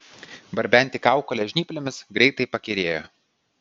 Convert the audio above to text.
barbenti kaukolę žnyplėmis greitai pakyrėjo